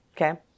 Okay